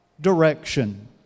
direction